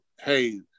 hey